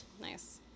Nice